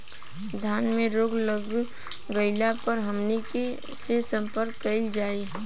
धान में रोग लग गईला पर हमनी के से संपर्क कईल जाई?